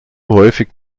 häufig